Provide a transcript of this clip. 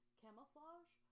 camouflage